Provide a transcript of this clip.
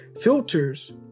Filters